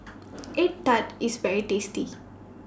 Egg Tart IS very tasty